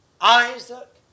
Isaac